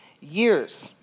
years